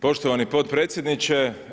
Poštovani podpredsjedniče.